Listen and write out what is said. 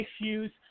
issues